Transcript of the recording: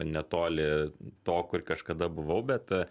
netoli to kur kažkada buvau bet